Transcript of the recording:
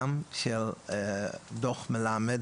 גם של דו"ח מלמד,